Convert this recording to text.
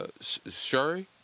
Shuri